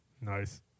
Nice